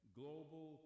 global